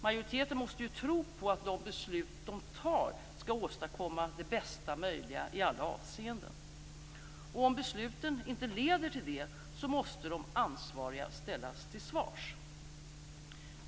Majoriteten måste ju tro på att de beslut den tar skall åstadkomma det bästa möjliga i alla avseenden. Om besluten inte leder till det, måste de ansvariga ställas till svars.